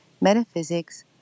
metaphysics